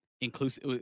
inclusive